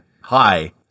Hi